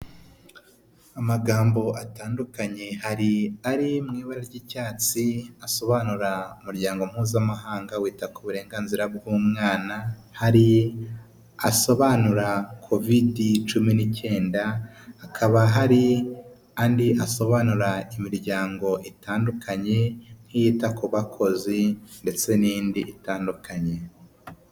Amagambo atandukanye, hari ari mu iba ry'icyatsi, asobanura umuryango mpuzamahanga wita ku burenganzira bw'umwana, hari asobanura kovidi cumi n'icyenda, hakaba hari andi asobanura imiryango itandukanye, nk'iyita ku bakozi, ndetse n'indi itandukanye.